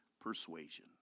persuasion